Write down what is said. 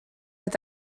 met